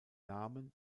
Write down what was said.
namen